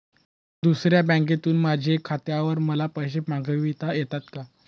दुसऱ्या बँकेतून माझ्या खात्यावर मला पैसे मागविता येतात का?